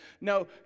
No